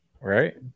right